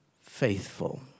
faithful